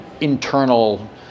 internal